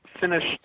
finished